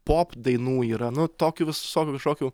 pop dainų yra nu tokių visokių kažkokių